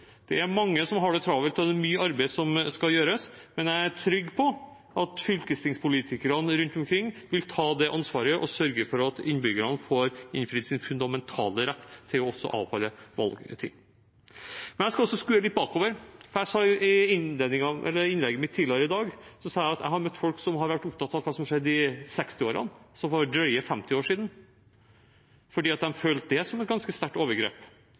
Det er mange som har det travelt, og det er mye arbeid som skal gjøres, men jeg er trygg på at fylkestingspolitikerne rundt omkring vil ta det ansvaret og sørge for at innbyggerne får innfridd sin fundamentale rett til å avholde valgting. Jeg skal også skue litt bakover, for i innlegget mitt tidligere i dag sa jeg at jeg har møtt folk som har vært opptatt av hva som skjedde i 1960-årene, altså for drøye 50 år siden, fordi de følte det som et ganske sterkt overgrep.